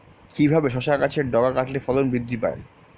কিভাবে শসা গাছের ডগা কাটলে ফলন বৃদ্ধি পায়?